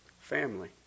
family